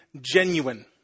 Genuine